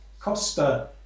Costa